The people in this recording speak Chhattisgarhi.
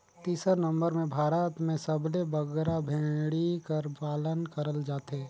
तीसर नंबर में भारत में सबले बगरा भेंड़ी कर पालन करल जाथे